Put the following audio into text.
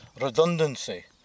redundancy